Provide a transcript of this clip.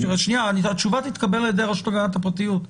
התשובה תתקבל על-ידי הרשות להגנת הפרטיות,